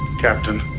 Captain